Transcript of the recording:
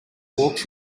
walks